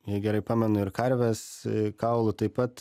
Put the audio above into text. jei gerai pamenu ir karvės kaulų taip pat